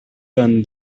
turn